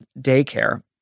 daycare